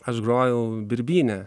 aš grojau birbyne